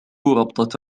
ربطة